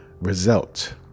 result